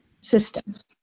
systems